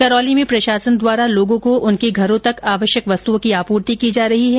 करौली में प्रशासन द्वारा लोगों को उनके घरों तक आवश्यक वस्तुओं की आपूर्ति की जा रही है